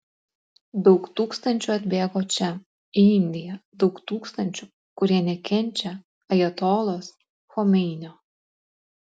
daug tūkstančių atbėgo čia į indiją daug tūkstančių kurie nekenčia ajatolos chomeinio